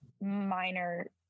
minor